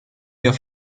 wir